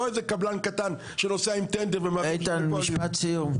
לא איזה קבלן קטן שנוסע עם טנדר ו --- איתן משפט סיום?